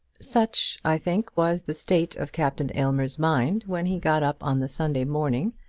such, i think, was the state of captain aylmer's mind when he got up on the sunday morning,